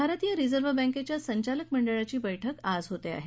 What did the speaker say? भारतीय रिझर्व्ह बँकेच्या संचालक मंडळाची बैठक आज होत आहे